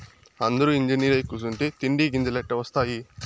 అందురూ ఇంజనీరై కూసుంటే తిండి గింజలెట్టా ఒస్తాయి